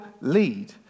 lead